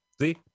see